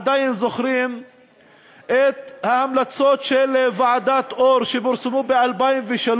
עדיין זוכרים את ההמלצות של ועדת אור שפורסמו ב-2003.